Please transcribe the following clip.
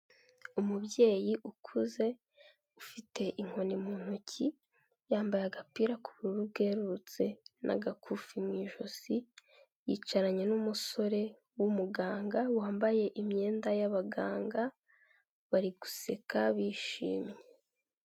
Umubyeyi ukuze ufite inkoni mu ntoki yambaye agapira k'ubururu kerurutse n'agakufi mu ijosi, yicaranye n'umusore w'umuganga wambaye imyenda y'abaganga bari guseka bishimye.